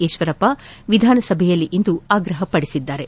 ಈಶ್ವರಪ್ಪ ವಿಧಾನಸಭೆಯಲ್ಲಿಂದು ಆಗ್ರಹಿಸಿದ್ದಾರೆ